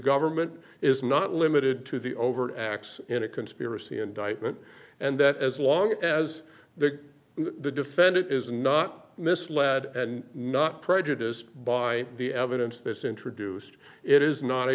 government is not limited to the overt acts in a conspiracy indictment and that as long as the the defendant is not misled and not prejudiced by the evidence this introduced it is not a